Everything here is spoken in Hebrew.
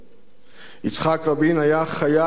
יצחק רבין היה חייל של ישראל